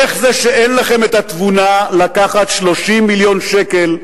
איך זה שאין לכם התבונה לקחת 30 מיליון שקל,